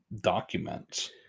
documents